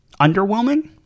underwhelming